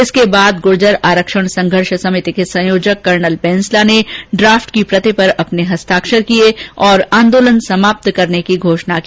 इसके बाद गुर्जर आरक्षण संघर्ष समिति के संयोजक कर्नल बैंसला ने ड्राफ्ट की प्रति पर अपने हस्ताक्षर किये और आंदोलन समाप्त करने की घोषणा की